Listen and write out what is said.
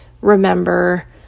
remember